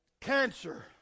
Cancer